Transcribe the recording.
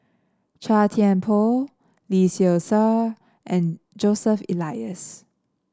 Chua Thian Poh Lee Seow Ser and Joseph Elias